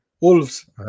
Wolves